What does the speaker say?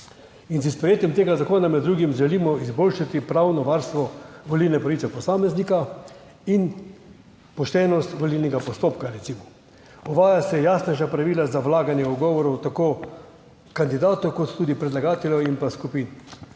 S sprejetjem tega zakona med drugim želimo izboljšati pravno varstvo volilne pravice posameznika in poštenost volilnega postopka. Uvaja se jasnejša pravila za vlaganje ugovorov tako kandidatov kot tudi predlagateljev in skupin.